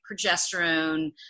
progesterone